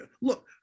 look